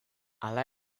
hala